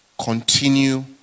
continue